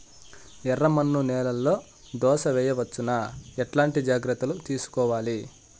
ఎర్రమన్ను నేలలో దోస వేయవచ్చునా? ఎట్లాంటి జాగ్రత్త లు తీసుకోవాలి?